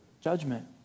judgment